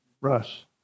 Russ